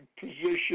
position